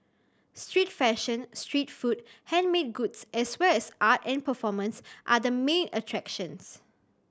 street fashion street food handmade goods as well as art and performance are the main attractions